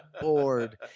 bored